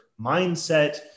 mindset